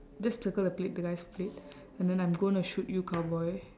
just circle the plate the guy's plate and then I'm gonna shoot you cowboy